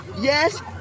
yes